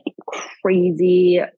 crazy